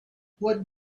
what